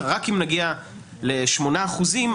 רק אם נגיע לשמונה אחוזים,